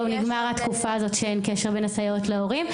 נגמרה התקופה שאין קשר בין סייעות להורים.